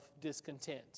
discontent